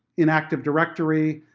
in active directory,